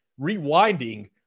rewinding